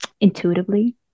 intuitively